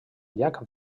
llac